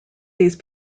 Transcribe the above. these